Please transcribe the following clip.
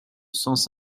sens